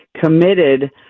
committed